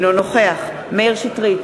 אינו נוכח מאיר שטרית,